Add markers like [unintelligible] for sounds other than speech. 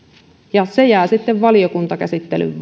se jää sitten valiokuntakäsittelyn [unintelligible]